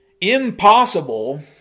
Impossible